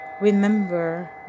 remember